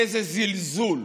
איזה זלזול.